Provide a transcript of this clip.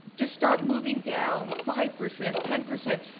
just start moving down, five percent, ten percent,